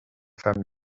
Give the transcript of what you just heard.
femme